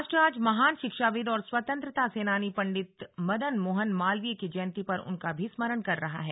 राष्ट्र आज महान शिक्षाविद और स्वतंत्रता सेनानी पंडित मदन मोहन मालवीय की जयंती पर उनका भी स्मरण कर रहा है